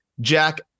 Jack